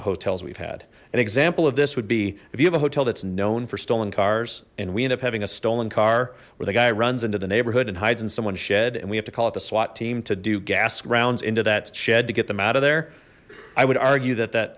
the hotels we've had an example of this would be if you have a hotel that's known for stolen cars and we end up having a stolen car where the guy runs into the neighborhood and hides in someone shed and we have to call it the swat team to do gas rounds into that shed to get them out of there i would argue that that